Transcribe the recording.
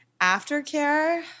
aftercare